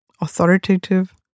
authoritative